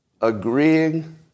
agreeing